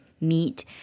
meat